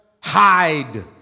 hide